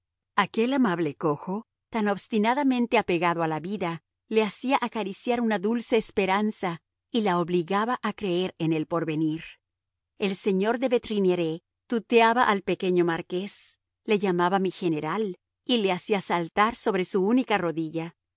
aquel amable cojo tan obstinadamente apegado a la vida le hacía acariciar una dulce esperanza y la obligaba a creer en el porvenir el señor de bretignires tuteaba al pequeño marqués le llamaba mi general y le hacía saltar sobre su única rodilla